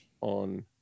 on